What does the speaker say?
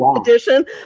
edition